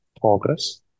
progress